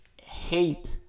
hate